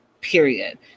period